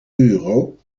euro